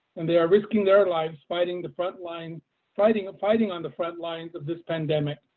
and they are risking their lives fighting the front line fighting fighting on the front lines of this pandemic.